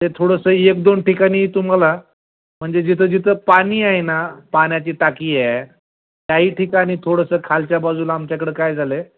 ते थोडंसं एक दोन ठिकाणी तुम्हाला म्हणजे जिथं जिथं पाणी आहे ना पाण्याची टाकी आहे त्याही ठिकाणी थोडंसं खालच्या बाजूला आमच्याकडं काय झालं आहे